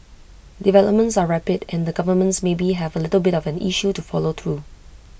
developments are rapid and the governments maybe have A little bit of an issue to follow through